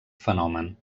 fenomen